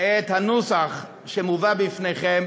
את הנוסח שמובא בפניכם